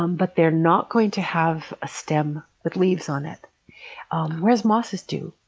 um but they're not going to have a stem with leaves on it whereas mosses do.